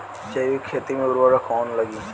जैविक खेती मे उर्वरक कौन लागी?